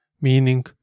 meaning